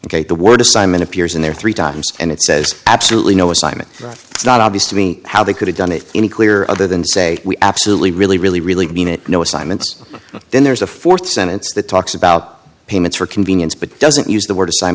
ok the word assignment appears in there three times and it says absolutely no assignment right it's not obvious to me how they could have done it any clearer other than say we absolutely really really really mean it no assignments then there's a th sentence that talks about payments for convenience but doesn't use the word